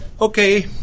okay